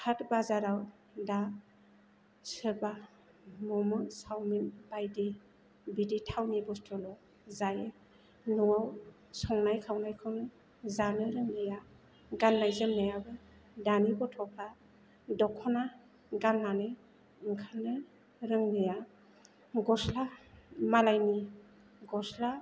हाथाय बाजाराव दा सोरबा मम' चावमिन बायदि बिदि थावनि बुस्तुल' जायो न'आव संनाय खावनायखौनो जानो रोंलिया गान्नाय जोमनायाबो दानि गथ'फ्रा दख'ना गान्नानै ओंखारनो रोंलिया ग'स्ला मालायनि ग'स्ला